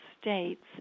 states